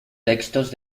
textos